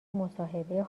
مصاحبه